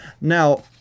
Now